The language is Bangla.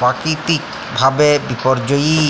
পাকিতিক ভাবে বিপর্যয়ী